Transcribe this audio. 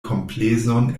komplezon